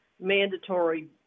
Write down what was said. mandatory